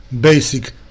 basic